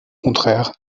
contraire